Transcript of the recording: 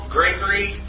Gregory